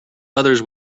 others